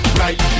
right